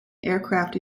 aircraft